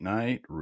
Night